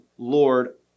Lord